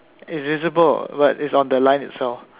it's visible but it's on the line itself